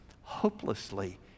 hopelessly